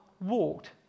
walked